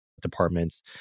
Departments